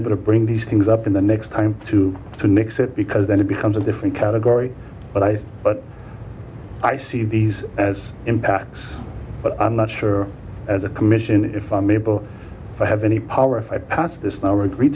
able to bring these things up in the next time to the next it because then it becomes a different category but i but i see these as impacts but i'm not sure as a commission if i'm able to have any power if i pass this number agree